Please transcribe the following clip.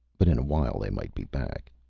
but in a while they might be back.